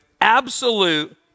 absolute